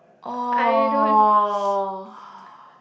!aww!